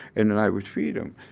and then i would feed him.